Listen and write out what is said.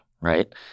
right